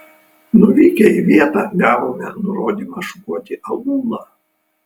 nuvykę į vietą gavome nurodymą šukuoti aūlą